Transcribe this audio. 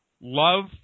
love